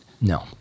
No